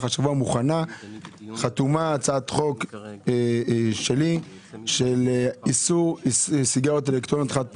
מוכנה הצעת חוק שלי של איסור סיגריות אלקטרוניות חד פעמיות,